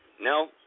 No